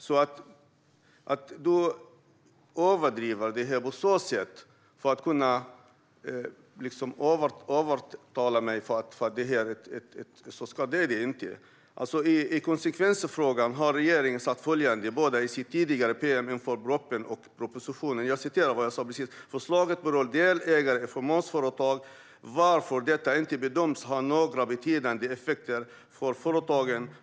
Jörgen Warborn överdriver det här för att kunna övertala mig. I konsekvensfrågan har regeringen sagt följande, både i sitt tidigare pm inför propositionen och i själva propositionen - jag tog också upp det i mitt anförande: Förslaget berör delägare i fåmansföretag, varför det inte bedöms ha några betydande effekter för företagen.